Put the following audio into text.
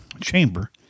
chamber